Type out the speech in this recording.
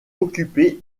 occupé